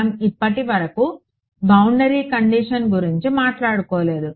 మనం ఇప్పటి వరకు బౌండరీ కండిషన్ గురించి మాట్లాడుకోలేదు